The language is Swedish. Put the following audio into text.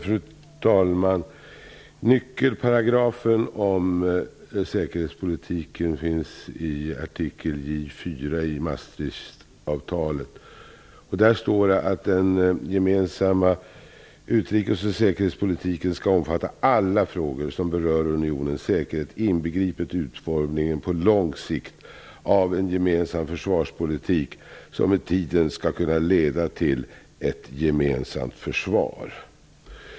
Fru talman! Nyckelparagrafen om säkerhetspolitiken finns i artikel J 4 i Maastrichtavtalet. Där står det: ''Den gemensamma utrikes och säkerhetspolitiken skall omfatta alla frågor som berör unionens säkerhet, inbegripet utformningen på lång sikt av en gemensam försvarspolitik, som med tiden skall kunna leda till ett gemensamt försvar.''